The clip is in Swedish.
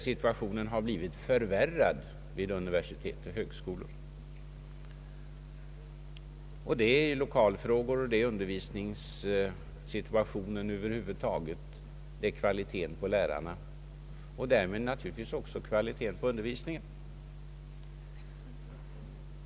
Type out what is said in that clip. Situationen har förvärrats vad gäller lokalfrågor, undervisningssituationen över huvud taget, kvaliteten på lärarna, och därmed naturligtvis också kvaliteten på undervisningen.